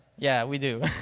yeah we do.